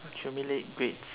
accumulate grades